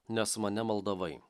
nes mane maldavai